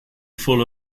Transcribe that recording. full